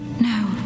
No